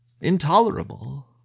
intolerable